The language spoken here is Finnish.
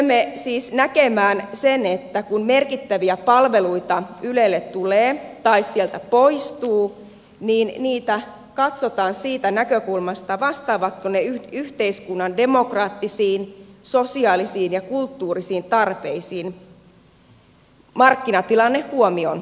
tulemme siis näkemään sen että kun merkittäviä palveluita ylelle tulee tai sieltä poistuu niin niitä katsotaan siitä näkökulmasta vastaavatko ne yhteiskunnan demokraattisiin sosiaalisiin ja kulttuurisiin tarpeisiin markkinatilanne huomioon ottaen tietysti